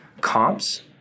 comps